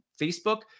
Facebook